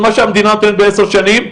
מה שהמדינה נותנת בעשר שנים.